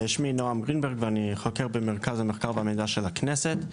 שמי נועם גרינברג ואני חוקר במרכז המחקר והמידע של הכנסת.